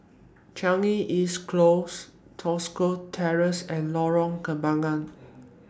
Changi East Close Tosca Terrace and Lorong Kembangan